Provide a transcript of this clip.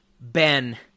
Ben